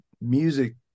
music